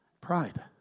Pride